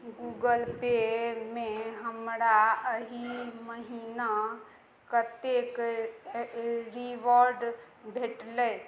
Google पेमे हमरा एहि महिना कतेक रिवार्ड भेटलै